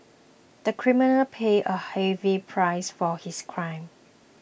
the criminal paid a heavy price for his crime